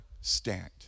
stand